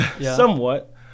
Somewhat